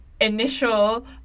initial